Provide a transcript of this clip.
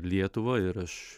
lietuvą ir aš